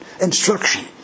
instruction